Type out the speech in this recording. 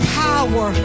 power